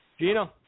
Gino